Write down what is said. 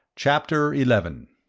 chapter eleven